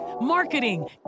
marketing